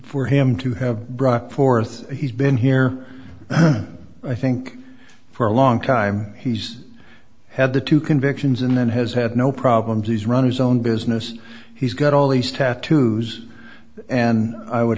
for him to have brought forth he's been here i think for a long time he's had the two convictions and then has had no problems he's run his own business he's got all these tattoos and i would